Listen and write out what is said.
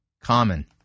Common